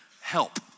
help